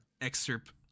Excerpt